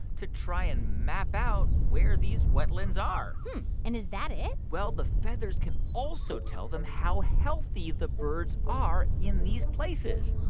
to try and map out where these wetlands are and is that it? well, the feathers can also tell them how healthy the birds are in these places